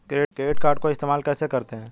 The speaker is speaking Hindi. क्रेडिट कार्ड को इस्तेमाल कैसे करते हैं?